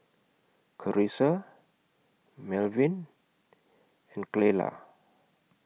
Charissa Melvyn and Clella